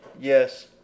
Yes